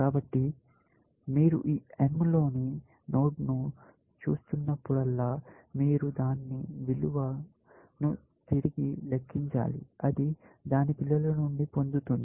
కాబట్టి మీరు ఈ m లోని నోడ్ను చూస్తున్నప్పుడల్లా మీరు దాని విలువ ను తిరిగి లెక్కించాలి అది దాని పిల్లల నుండి పొందుతుంది